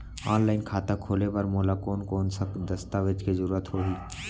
Online खाता खोले बर मोला कोन कोन स दस्तावेज के जरूरत होही?